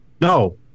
No